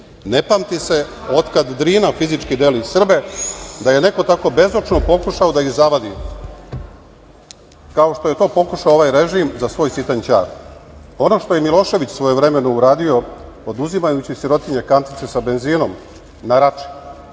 Ne pamti se, otkad Drina fizički deli Srbe, da je neko tako bezočno pokušao da ih zavadi, kao što je to pokušao ovaj režim za svoj sitan ćar. Ono što je Milošević svojevremeno uradio, oduzimajući sirotinji kantice sa benzinom na Rači,